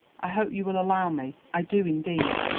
i hope you will allow me, i do indeed.